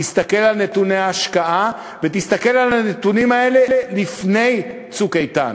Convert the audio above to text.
תסתכל על נתוני ההשקעה ותסתכל על הנתונים האלה לפני "צוק איתן",